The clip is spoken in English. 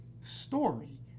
story